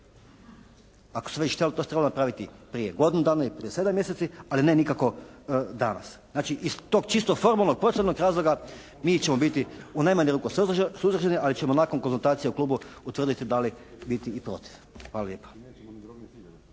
to ste trebali napraviti prije godinu dana, prije 7 mjeseci, ali ne nikako danas. Znači, iz tog čistog formalno poslovnog razloga mi ćemo biti u najmanju ruku suzdržani ali ćemo nakon konzultacija u klubu utvrditi da li biti i protiv. Hvala lijepa.